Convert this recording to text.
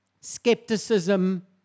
skepticism